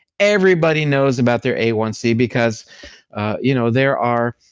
everybody knows about their a one c because you know there are